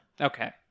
Okay